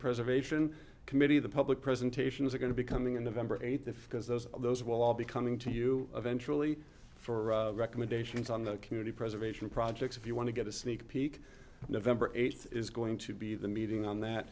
preservation committee the public presentations are going to be coming in of ember eight that because those those will all be coming to you eventually for recommendations on the community preservation projects if you want to get a sneak peek november eighth is going to be the meeting on that